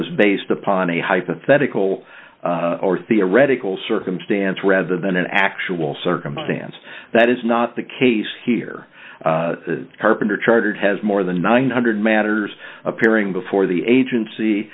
was based upon a hypothetical or theoretical circumstance rather than an actual circumstance that is not the case here carpenter chartered has more than one hundred matters appearing before the agency